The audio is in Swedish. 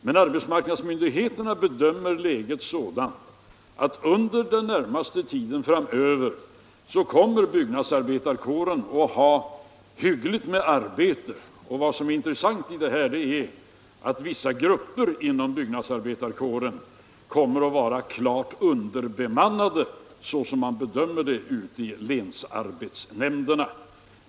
Men arbetsmarknadsmyndigheterna bedömer läget så att under den närmaste tiden framöver kommer byggnadsarbetarkåren att ha hyggligt med arbete. Intressantast i detta är att vissa grupper inom byggnadsarbetarkåren kommer att vara klart underbemannade, som det bedömts i länsarbetsnämnderna.